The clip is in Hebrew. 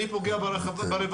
אני פוגע ברווחה,